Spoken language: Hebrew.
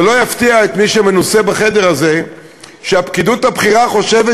לא יפתיע את מי שמנוסה בחדר הזה שהפקידות הבכירה חושבת